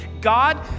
God